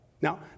Now